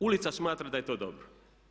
Ulica smatra da je to dobro.